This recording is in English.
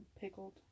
pickled